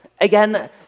Again